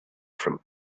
from